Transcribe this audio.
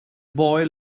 boy